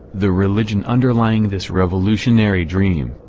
the religion underlying this revolutionary dream,